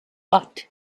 but